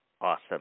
Awesome